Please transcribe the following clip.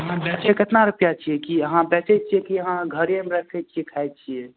अहाँ बेचै केतना रुपैआ छियै कि अहाँ बेचै छियै कि अहाँ घरेमे रखै छियै खाइ छियै